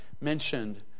mentioned